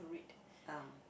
read